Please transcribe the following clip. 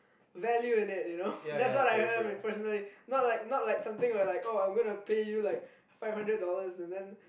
value in it you know that's what I am personally not like not like something where like oh I'm gonna pay you like five hundred dollars and then